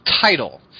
title